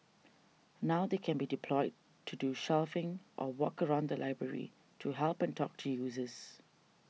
now they can be deployed to do shelving or walk around the library to help and talk to users